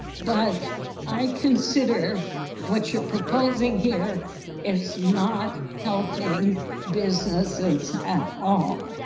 but i consider what you're proposing here is not helping businesses at all.